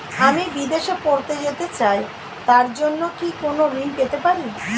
আমি বিদেশে পড়তে যেতে চাই তার জন্য কি কোন ঋণ পেতে পারি?